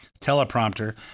teleprompter